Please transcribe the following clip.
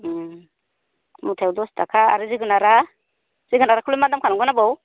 उम मुथायाव दसथाखा आरो जोगोनारा जोगोनारखौलाय मा दाम खालामगोन आबौ